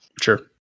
Sure